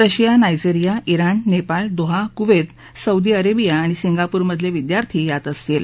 Russia Nigeria Iran Nepal Doha Kuwait Saudi Arabia आणि Singapore मधले विद्यार्थी त्यात असतील